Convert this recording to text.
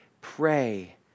pray